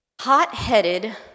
hot-headed